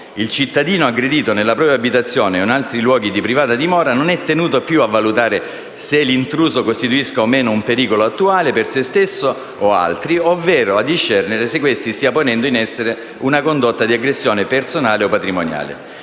Il cittadino aggredito nella propria abitazione o in altri luoghi di privata dimora non è tenuto più a valutare se l'intruso costituisca o no un pericolo attuale per se stesso o altri, ovvero a discernere se questi stia ponendo in essere una condotta di aggressione personale o patrimoniale.